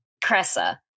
Cressa